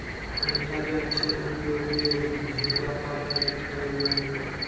मीठा जल क्षेत्र के उपयोग झींगा पालन लगी कइल जा हइ